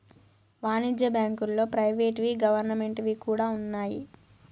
వాణిజ్య బ్యాంకుల్లో ప్రైవేట్ వి గవర్నమెంట్ వి కూడా ఉన్నాయి